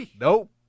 Nope